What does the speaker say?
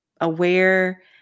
aware